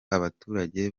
abaturage